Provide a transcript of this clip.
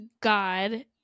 God